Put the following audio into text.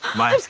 maya.